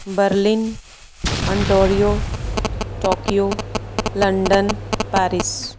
Berlin Ontario Tokyo London Paris